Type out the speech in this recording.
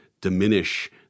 diminish